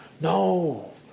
No